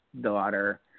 daughter